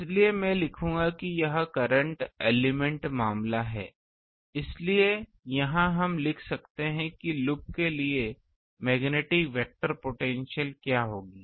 इसलिए मैं लिखूंगा कि यह करंट एलिमेंट मामला है इसलिए यहां हम लिख सकते हैं कि लूप के लिए मैग्नेटिक वेक्टर पोटेंशियल क्या होगी